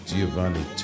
Giovanni